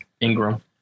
Ingram